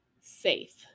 safe